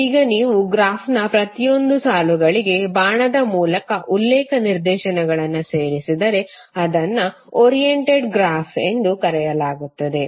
ಈಗ ನೀವು ಗ್ರಾಫ್ನ ಪ್ರತಿಯೊಂದು ಸಾಲುಗಳಿಗೆ ಬಾಣದ ಮೂಲಕ ಉಲ್ಲೇಖ ನಿರ್ದೇಶನಗಳನ್ನು ಸೇರಿಸಿದರೆ ಅದನ್ನು ಓರಿಯೆಂಟೆಡ್ ಗ್ರಾಫ್ ಎಂದು ಕರೆಯಲಾಗುತ್ತದೆ